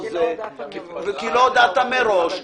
לא הודעת מראש,